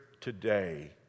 today